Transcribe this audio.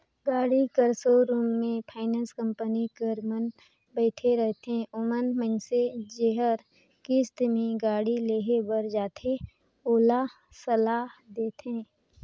गाड़ी कर सोरुम में फाइनेंस कंपनी कर मन बइठे रहथें ओमन मइनसे जेहर किस्त में गाड़ी लेहे बर जाथे ओला सलाह देथे